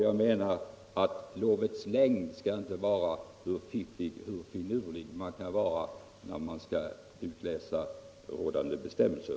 Jag menar att lovets längd inte skall vara beroende av hur fffig och finurlig man kan vara när man utläser rådande bestämmelser.